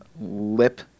lip